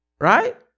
right